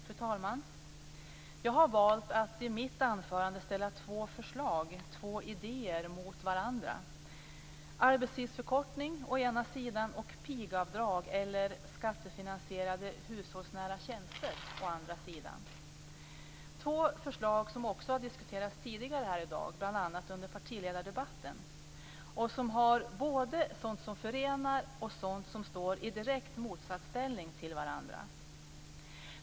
Fru talman! Jag har valt att i mitt anförande ställa två förslag, två idéer, mot varandra: arbetstidsförkortning å ena sidan och pigavdrag eller skattefinansierade hushållsnära tjänster å andra sidan. Detta är två förslag som också har diskuterats tidigare här i dag, bl.a. under partiledardebatten. Förslagen innehåller både sådant som förenar och sådant som står i direkt motsatsställning till varandra.